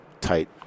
tight